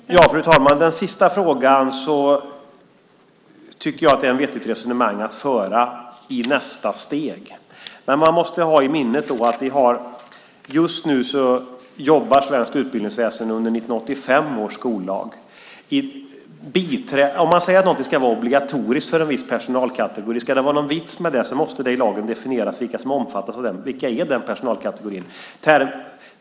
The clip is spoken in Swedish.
Fru talman! När det gäller den sista frågan tycker jag att det är ett vettigt resonemang att föra i nästa steg. Men man måste ha i minnet att svenskt utbildningsväsende just nu jobbar under 1985 års skollag. Om det ska vara någon vits med att något ska vara obligatoriskt för en viss personalkategori måste det i lagen definieras vilka som innefattas i den personalkategorin.